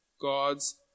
God's